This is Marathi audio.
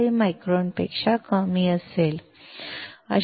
5 मायक्रॉनपेक्षा कमी असेल